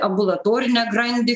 ambulatorinę grandį